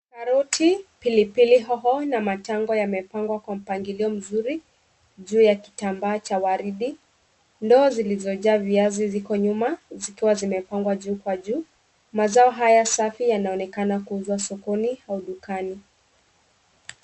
Karoti, pilipili hoho na matango yamepangwa kwa mpangilio mzuri juu ya kitambaa cha waridi. Ndoo zilizojaa viazi ziko nyuma zikiwa zimepangwa juu kwa juu, mazao haya safi yanaonekana kuuzwa sokoni au dukani.